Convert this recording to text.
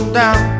down